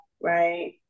right